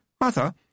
Mother